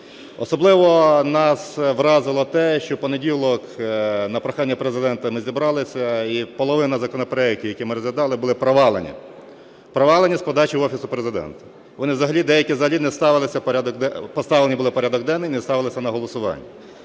Особливо нас вразило те, що в понеділок на прохання Президента ми зібралися і половина законопроектів, які ми розглядали, були провалені, провалені з подачі Офісу Президента. Вони взагалі… деякі взагалі поставлені були в порядок денний, не ставилися на голосування.